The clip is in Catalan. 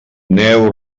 neu